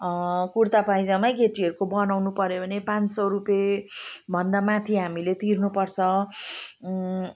कुर्ता पाइजामै केटीहरूको बनाउनपऱ्यो भने पाँच सौ रुपियाँभन्दा माथि हामीले तिर्नुपर्छ